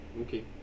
Okay